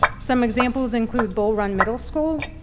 some examples include bull run middle school,